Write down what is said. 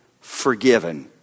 Forgiven